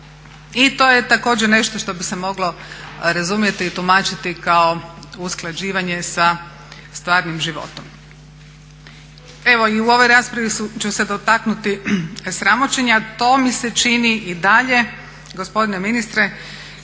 i to je također nešto što bi se moglo razumjeti i tumačiti kao usklađivanje sa stvarnim životom. Evo i u ovoj raspravi ću se dotaknuti sramoćenja. To mi se čini i dalje gospodine ministre